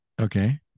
Okay